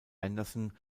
anderson